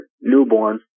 newborn